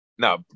No